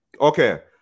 okay